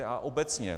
A obecně.